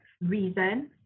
reason